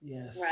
Yes